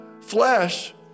flesh